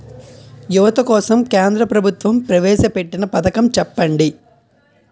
యువత కోసం కేంద్ర ప్రభుత్వం ప్రవేశ పెట్టిన పథకం చెప్పండి?